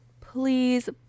please